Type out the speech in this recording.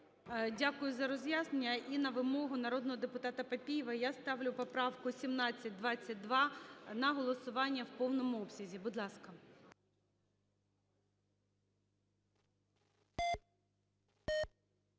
Дякую за роз'яснення. І на вимогу народного депутата Папієва я ставлю поправку 1722 на голосування в повному обсязі. Будь ласка.